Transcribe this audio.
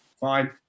fine